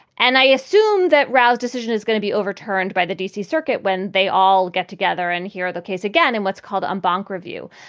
and i assume that rouse decision is going to be overturned by the d c. circuit when they all get together and hear the case again and what's called en um banc review.